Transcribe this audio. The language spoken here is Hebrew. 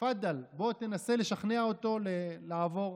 תפדל, בוא תנסה לשכנע אותו לעבור